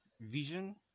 Vision